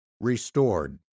restored